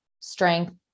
strength